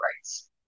rights